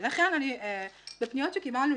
בפניות שקיבלנו,